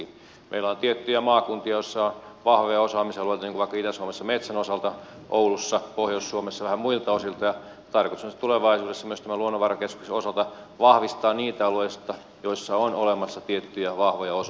meillä on tiettyjä maakuntia joissa on vahvoja osaamisalueita niin kuin vaikka itä suomessa metsän osalta oulussa pohjois suomessa vähän muilta osilta ja tarkoitus on tulevaisuudessa myös tämän luonnonvarakeskuksen osalta vahvistaa niitä alueita joissa on olemassa tiettyjä vahvoja osaamisalueita